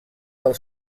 del